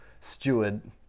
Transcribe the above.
steward